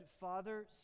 Father